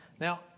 Now